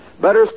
Better